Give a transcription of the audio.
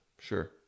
sure